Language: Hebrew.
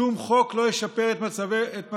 שום חוק לא ישפר את מצבנו,